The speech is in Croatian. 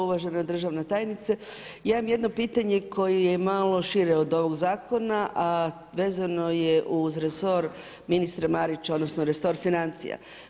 Uvažena državna tajnice, ja imam jedno pitanje, koje je malo šire od ovog zakona, a vezano je uz resor ministara Marića, odnosno, resor financija.